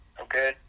okay